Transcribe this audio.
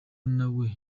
nawe